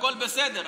והכול בסדר.